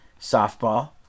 softball